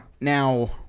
Now